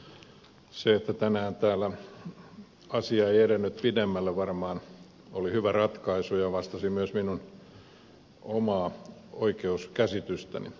se että tänään täällä asia ei edennyt pidemmälle oli varmaan hyvä ratkaisu ja vastasi myös minun omaa oikeuskäsitystäni